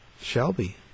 Shelby